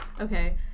Okay